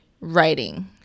writing